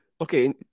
Okay